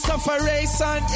Sufferation